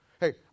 Hey